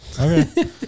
Okay